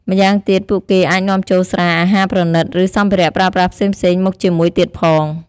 ម្យ៉ាងទៀត ពួកគេអាចនាំចូលស្រា អាហារប្រណីត ឬសម្ភារៈប្រើប្រាស់ផ្សេងៗមកជាមួយទៀតផង។